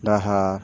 ᱰᱟᱦᱟᱨ